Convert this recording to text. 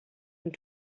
ond